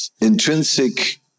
intrinsic